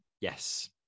Yes